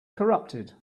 corrupted